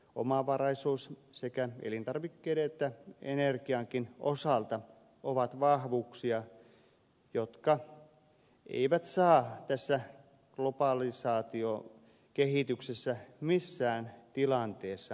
omavaraisuus sekä elintarvikkeiden että energiankin osalta on vahvuus joka ei saa tässä globalisaatiokehityksessä missään tilanteessa hämärtyä